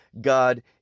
God